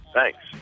Thanks